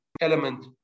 element